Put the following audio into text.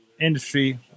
industry